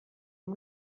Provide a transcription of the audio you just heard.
amb